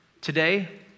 Today